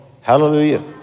Hallelujah